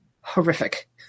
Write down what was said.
horrific